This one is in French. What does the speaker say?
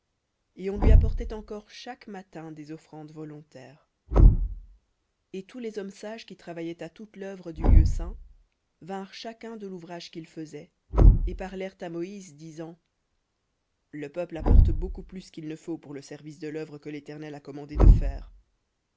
et on lui apportait encore chaque matin des offrandes volontaires v litt et tous les hommes sages qui travaillaient à toute l'œuvre du lieu saint vinrent chacun de l'ouvrage qu'ils faisaient et parlèrent à moïse disant le peuple apporte beaucoup plus qu'il ne faut pour le service de l'œuvre que l'éternel a commandé de faire